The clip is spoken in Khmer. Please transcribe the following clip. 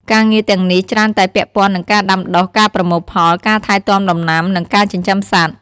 ការងារទាំងនេះច្រើនតែពាក់ព័ន្ធនឹងការដាំដុះ ការប្រមូលផល ការថែទាំដំណាំ និងការចិញ្ចឹមសត្វ ។